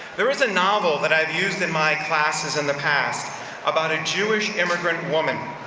there is a novel that i've used in my classes in the past about a jewish immigrant woman